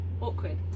awkward